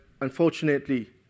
unfortunately